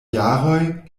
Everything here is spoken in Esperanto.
jaroj